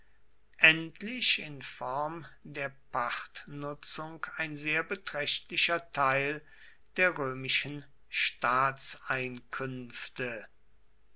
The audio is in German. endlich in form der pachtnutzung ein sehr beträchtlicher teil der römischen